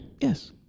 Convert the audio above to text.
Yes